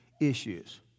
issues